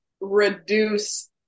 reduce